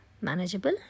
manageable